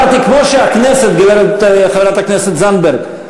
חברת הכנסת זנדברג,